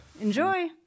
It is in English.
Enjoy